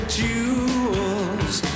jewels